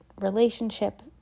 relationship